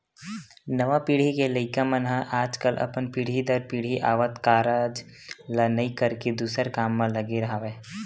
नवा पीढ़ी के लइका मन ह आजकल अपन पीढ़ी दर पीढ़ी आवत कारज ल नइ करके दूसर काम म लगे हवय